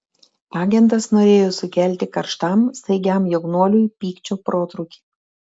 agentas norėjo sukelti karštam staigiam jaunuoliui pykčio protrūkį